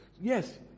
yes